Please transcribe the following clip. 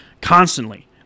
constantly